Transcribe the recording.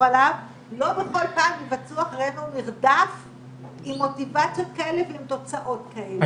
עליו לא בכל פעם יבצעו אחרינו מרדף עם מוטיבציה כזאת ועם תוצאות כאלה.